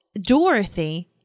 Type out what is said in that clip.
Dorothy